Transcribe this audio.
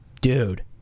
dude